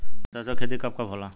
सरसों के खेती कब कब होला?